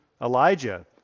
Elijah